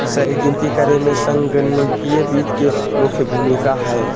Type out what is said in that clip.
सही गिनती करे मे संगणकीय वित्त के मुख्य भूमिका हय